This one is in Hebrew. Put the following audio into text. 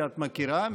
שאת מכירה,